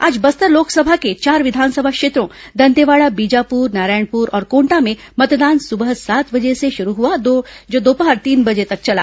आज बस्तर लोकसभा के चार विधानसभा क्षेत्रों दंतेवाड़ा बीजापुर नारायणपुर और कोंटा में मतदान सुबह सात बजे से शुरू हुआ जो दोपहर तीन बजे तक चला